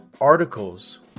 articles